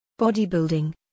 Bodybuilding